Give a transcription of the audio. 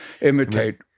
imitate